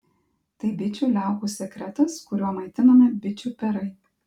tai bičių liaukų sekretas kuriuo maitinami bičių perai